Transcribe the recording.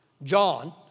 John